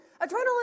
Adrenaline